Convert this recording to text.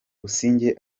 busingye